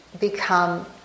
become